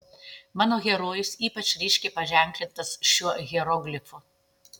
mano herojus ypač ryškiai paženklintas šiuo hieroglifu